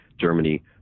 Germany